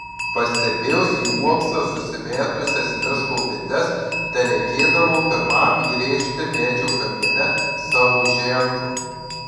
pastebėjus į uoksą susimetusias miško bites tereikėdavo pirmam įrėžti medžio kamiene savo ženklą